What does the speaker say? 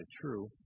true